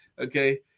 Okay